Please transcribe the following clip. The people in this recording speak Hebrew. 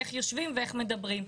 איך יושבים ואיך מדברים.